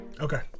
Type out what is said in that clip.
Okay